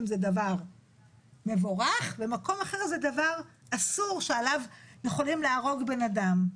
זה דבר מבורך ובמקום אחר זה דבר אסור שעליו יכולים להרוג בן אדם.